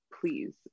please